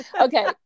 Okay